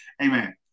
Amen